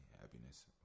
happiness